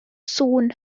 sŵn